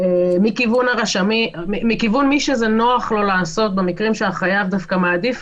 מכיוון מי שזה נוח לו לעשות במקרים שהחייב דווקא מעדיף